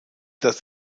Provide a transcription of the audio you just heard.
das